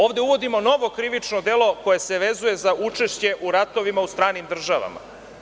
Ovde uvodimo novo krivično delo koje se vezuje za učešće u ratovima u stranim državama.